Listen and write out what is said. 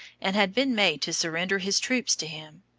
and had been made to surrender his troops to him.